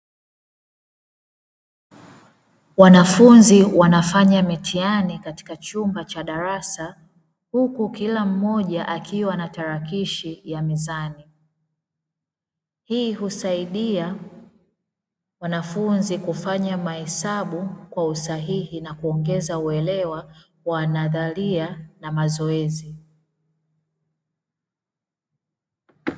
Wanafunzi wanafanya mtihani katika chumba cha darasa huku kila mmoja akiwa na tarakishi ya mezani. Hii husaidia wanafunzi kufanya mahesabu kwa usahihi na kuongeza uelewa wa nadharia na mazoezi.